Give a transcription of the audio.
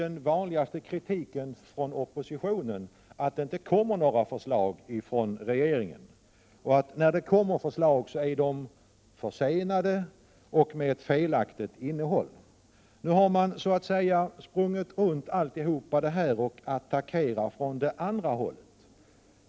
Den vanligaste kritiken från oppositionen i sådana här sammanhang är att det inte kommer några förslag från regeringen och att de förslag som eventuellt kommer är försenade och har ett felaktigt innehåll. Nu attackerar man från det motsatta hållet.